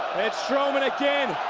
strowman again.